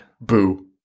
Boo